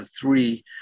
three